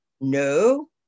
No